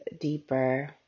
deeper